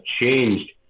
changed